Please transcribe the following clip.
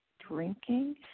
drinking